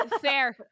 fair